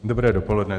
Dobré dopoledne.